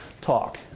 talk